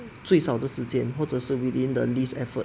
最少的时间或者是 within the least effort